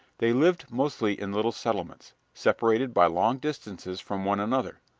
they lived mostly in little settlements, separated by long distances from one another,